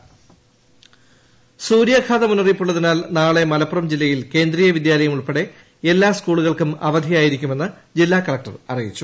സൂര്യാഘാതം സൂര്യാഘാത മുന്നറിയിപ്പ് ഉള്ളതിനാൽ നാളെമലപ്പുറം ജില്ലയിൽ കേന്ദ്രീയ വിദ്യാലയം ഉൾപ്പെടെ എല്ലാ സ്കൂളുകൾക്കും അവധി ആയിരിക്കുമെന്ന് ജില്ലാ കലക്ടർ അറിയിച്ചു